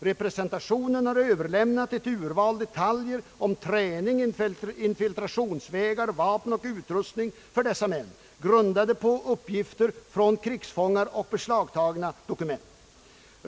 Representationen har överlämnat ett urval detaljer om träning, infiltrationsvägar, vapen och utrustning för dessa män, grundade på uppgifter från krigsfångar och beslagtagna dokument. 7.